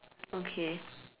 okay